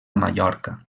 mallorca